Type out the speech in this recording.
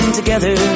together